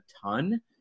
ton